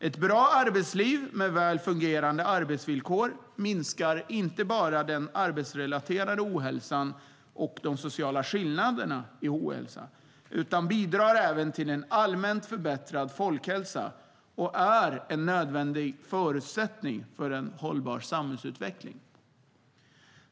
Ett bra arbetsliv med väl fungerande arbetsvillkor minskar inte bara den arbetsrelaterade ohälsan och de sociala skillnaderna i ohälsa utan bidrar även till en allmänt förbättrad folkhälsa och är en nödvändig förutsättning för en hållbar samhällsutveckling.